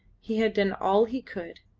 he had done all he could.